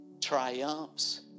triumphs